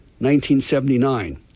1979